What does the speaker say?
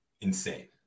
insane